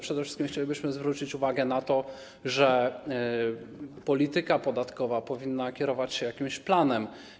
Przede wszystkim chcielibyśmy zwrócić uwagę na to, że polityka podatkowa powinna kierować się jakimś planem.